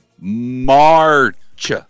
March